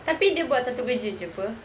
they've wasn't too which is cheaper